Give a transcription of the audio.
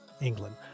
England